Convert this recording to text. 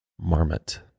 marmot